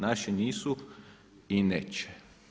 Naši nisu i neće.